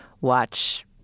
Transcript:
watch